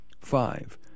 Five